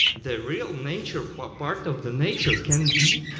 the real nature or part of the nature can be,